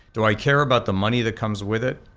do i care about the money that comes with it?